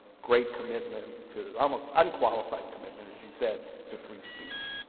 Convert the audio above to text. great commitment to almost unqualified commitment as you said to free speech.